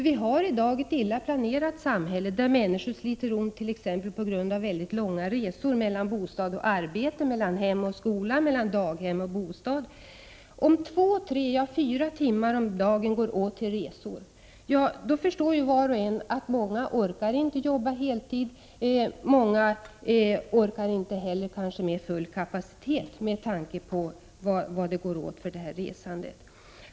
Vi har i dag ett illa planerat samhälle, där människor sliter ont t.ex. på grund av långa resor mellan bostad och arbete, mellan hem och skola, mellan daghem och bostad. Om två, tre eller fyra timmar om dagen går åt till resor, då förstår var och en att många inte orkar jobba heltid och att många kanske inte orkar arbeta med full kapacitet, med tanke på vad som går åt för resandet.